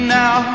now